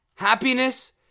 Happiness